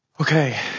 Okay